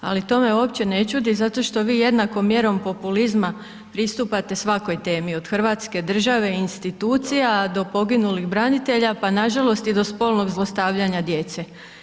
Ali to me uopće ne čudi, zato što vi jednakoj mjeri populizma pristupate svakoj temi, od Hrvatske države, institucija, do poginulih branitelja, pa i nažalost, do spolnog zlostavljanja djece.